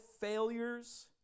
failures